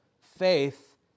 faith